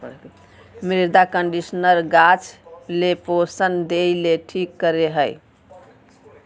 मृदा कंडीशनर गाछ ले पोषण देय ले ठीक करे हइ